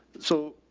so